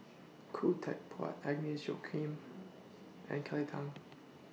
Khoo Teck Puat Agnes Joaquim and Kelly Tang